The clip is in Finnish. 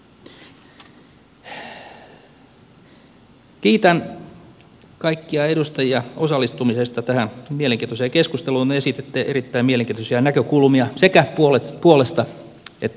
kiitän kaikkia edustajia osallistumisesta tähän mielenkiintoiseen keskusteluun te esititte erittäin mielenkiintoisia näkökulmia sekä puolesta että vastaan